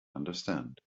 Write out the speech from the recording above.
understand